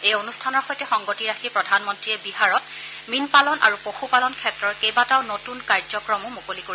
এই অনুষ্ঠানৰ সৈতে সংগতি ৰাখি প্ৰধানমন্তীয়ে বিহাৰত মীনপালন আৰু পশুপালন ক্ষেত্ৰৰ কেইবাটাও নতুন কাৰ্যক্ৰমো মুকলি কৰিব